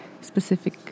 specific